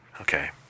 Okay